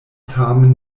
tamen